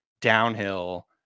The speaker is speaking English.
downhill